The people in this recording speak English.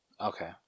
Okay